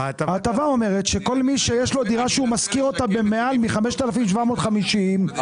ההטבה אומרת שכל מי שיש לו דירה שהוא משכיר אותה במעל ל-5,750 ₪,